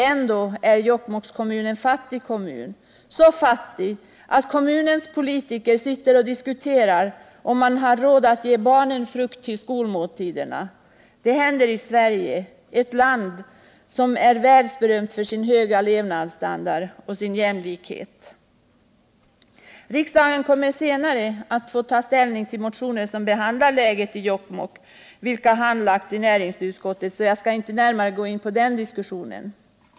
Ändå är Jokkmokk en fattig kommun, så fattig att kommunens politiker sitter och diskuterar, om man har råd att ge barnen frukt till skolmåltiderna. Detta händer i Sverige, ett land som är världsberömt för sin höga levnadsstandard och sin jämlikhet. Riksdagen kommer senare att få ta ställning till motioner som behandlar läget i Jokkmokk och som handlagts i näringsutskottet. Därför skall jag inte gå närmare in på den saken.